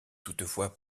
toutefois